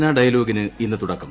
റെയ്സിന ഡയലോഗിന് ഇന്ന് തുടക്കം